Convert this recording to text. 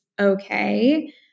okay